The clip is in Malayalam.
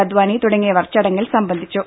അദ്വാനി തുടങ്ങിയവർ ചടങ്ങിൽ സംബന്ധിച്ചു